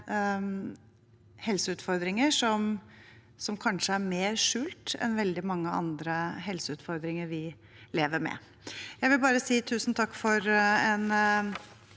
helseutfordringer som kanskje er mer skjult enn veldig mange andre helseutfordringer vi lever med. Jeg vil bare si tusen takk for en